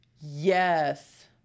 Yes